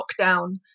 lockdown